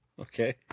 Okay